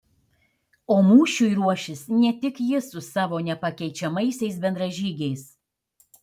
o mūšiui ruošis ne tik jis su savo nepakeičiamaisiais bendražygiais